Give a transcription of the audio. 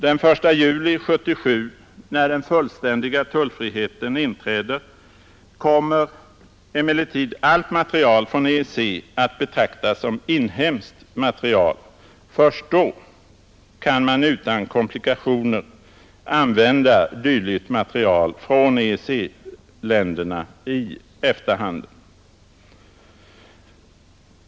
Den 1 juli 1977, när den fullständiga tullfriheten inträder, kommer emellertid allt material från EEC att betraktas som ”inhemskt material”. Först då kan man utan komplikationer använda dylikt material från EEC-länderna i EFTA-handeln.